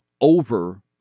over